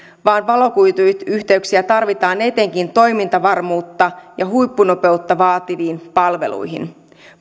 vaan valokuituyhteyksiä tarvitaan etenkin toimintavarmuutta ja huippunopeutta vaativiin palveluihin